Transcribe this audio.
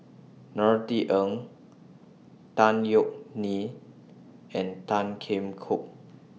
Norothy Ng Tan Yeok Nee and Tan Kheam Hock